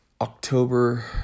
October